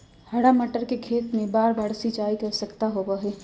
हरा मटर के खेत में बारबार सिंचाई के आवश्यकता होबा हई